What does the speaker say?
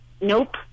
Nope